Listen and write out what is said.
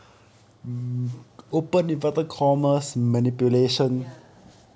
ya